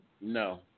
No